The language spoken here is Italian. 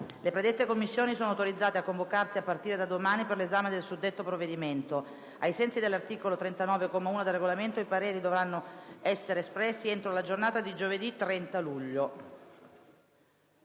Le predette Commissioni sono autorizzate a convocarsi a partire da domani per l'esame del suddetto provvedimento. Ai sensi dell'articolo 39, comma 1, del Regolamento, i pareri dovranno essere espressi entro la giornata di giovedì 30 luglio.